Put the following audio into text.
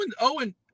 Owen